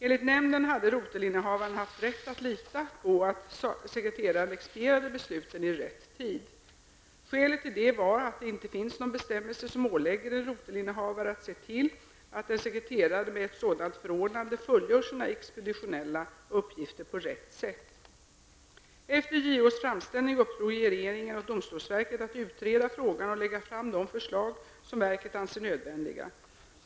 Enligt nämnden hade rotelinnehavaren haft rätt att lita på att sekreteraren expedierade beslutet i rätt tid. Skälet till det var att det inte finns någon bestämmelse som ålägger en rotelinnehavare att se till att en sekreterare med ett sådant förordnande fullgör sina expeditionella uppgifter på rätt sätt. Efter JOs framställning uppdrog regeringen åt domstolsverket att utreda frågan och lägga fram de förslag som verket anser nödvändiga.